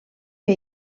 que